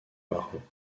marins